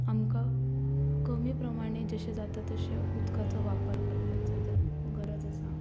आमकां कमी प्रमाणें जशें जाता तशें उदकाचो वापर करपाचो गरज आसा